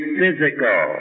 physical